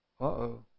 Uh-oh